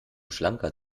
schlanker